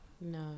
No